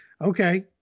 okay